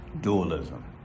Dualism